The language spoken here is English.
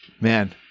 man-